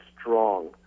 strong